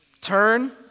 turn